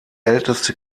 älteste